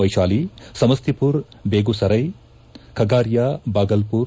ವೈಶಾಲಿ ಸಮಸ್ವಿಮರ್ ಬೇಗುಸರೈ ಖಗಾರಿಯಾ ಬಾಗಲ್ಮರ್